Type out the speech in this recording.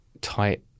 tight